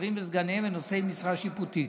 השרים וסגניהם ונושאי משרה שיפוטית.